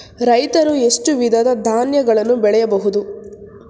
ರೈತರು ಎಷ್ಟು ವಿಧದ ಧಾನ್ಯಗಳನ್ನು ಬೆಳೆಯಬಹುದು?